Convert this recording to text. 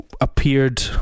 appeared